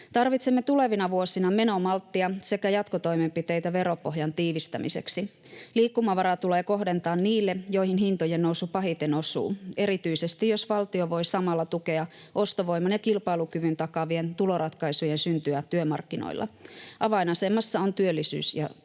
Tarvitsemme tulevina vuosina menomalttia sekä jatkotoimenpiteitä veropohjan tiivistämiseksi. Liikkumavaraa tulee kohdentaa niille, joihin hintojen nousu pahiten osuu, erityisesti jos valtio voi samalla tukea ostovoiman ja kilpailukyvyn takaavien tuloratkaisujen syntyä työmarkkinoilla. Avainasemassa ovat työllisyys ja tuottavuus.